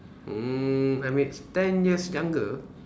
mm I ten years younger